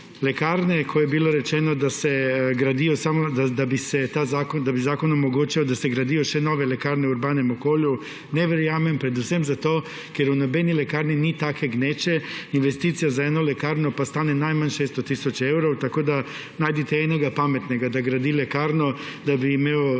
Rečeno je bilo, da bi zakon omogočal, da se gradijo še nove lekarne v urbanem okolju. Temu ne verjamem predvsem zato, ker v nobeni lekarni ni take gneče, investicija za eno lekarno pa stane najmanj 600 tisoč evrov. Tako da najdite enega pametnega, da gradi lekarno, da bi jo imel